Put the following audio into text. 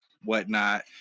whatnot